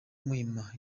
muhima